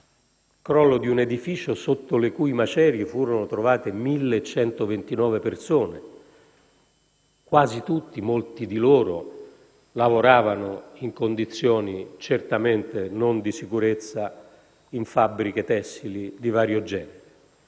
crollo di un edificio sotto le cui macerie furono trovate 1129 persone. Quasi tutti, molti di loro, lavoravano in condizioni certamente non di sicurezza in fabbriche tessili di vario genere.